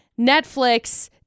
Netflix